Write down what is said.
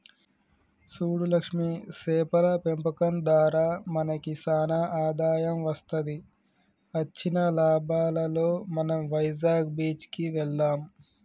సూడు లక్ష్మి సేపల పెంపకం దారా మనకి సానా ఆదాయం వస్తది అచ్చిన లాభాలలో మనం వైజాగ్ బీచ్ కి వెళ్దాం